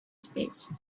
space